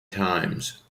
times